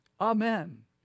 Amen